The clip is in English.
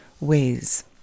ways